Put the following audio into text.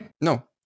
No